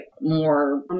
more